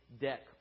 deck